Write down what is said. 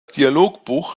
dialogbuch